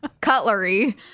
cutlery